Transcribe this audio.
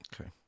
Okay